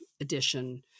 Edition